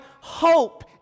hope